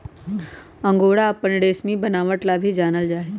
angora अपन रेशमी बनावट ला भी जानल जा हई